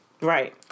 Right